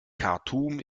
khartum